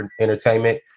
entertainment